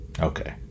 Okay